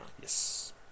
Yes